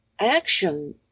action